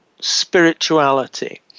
spirituality